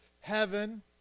heaven